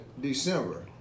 December